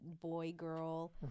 boy-girl